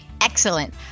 excellent